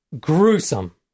Gruesome